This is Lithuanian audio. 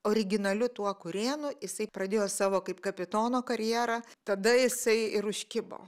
originaliu tuo kurėnu jisai pradėjo savo kaip kapitono karjerą tada jisai ir užkibo